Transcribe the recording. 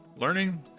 learning